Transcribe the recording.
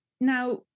Now